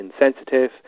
insensitive